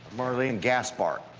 maurlene gaspar.